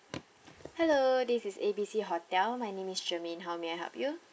hello this is A B C hotel my name is germaine how may I help you